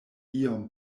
iom